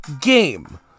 Game